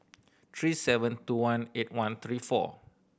three seven two one eight one three four